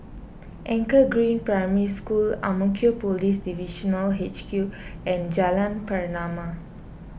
Anchor Green Primary School Ang Mo Kio Police Divisional H Q and Jalan Pernama